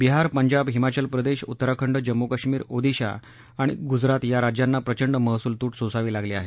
बिहार पंजाब हिमाचल प्रदेश उत्तराखंड जम्मू कश्मीर ओदिशा आणि गुजरात या राज्यांना प्रचंड महसूल तूट सोसावी लागली आहे